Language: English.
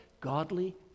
godly